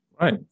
Right